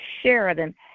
sheridan